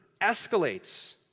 escalates